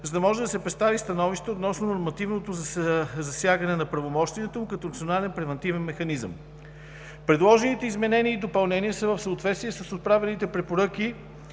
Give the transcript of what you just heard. за да може да представи становище относно нормативното засягане на правомощията му като национален превантивен механизъм. Предложените изменения и допълнения са в съответствие с отправените препоръки